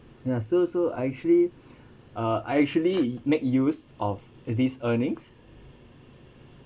ya so so I actually uh I actually make use of this earnings